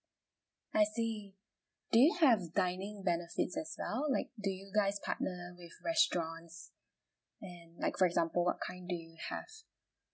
I see do you have dining benefits as well like do you guys partner with restaurants and like for example what kind do you have